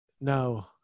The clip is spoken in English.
no